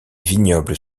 vignobles